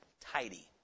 tidy